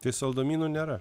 tai saldumynų nėra